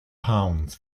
pounds